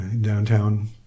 Downtown